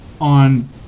on